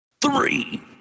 three